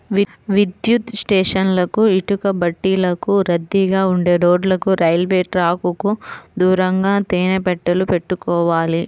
విద్యుత్ స్టేషన్లకు, ఇటుకబట్టీలకు, రద్దీగా ఉండే రోడ్లకు, రైల్వే ట్రాకుకు దూరంగా తేనె పెట్టెలు పెట్టుకోవాలి